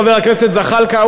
חבר הכנסת זחאלקה,